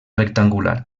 rectangular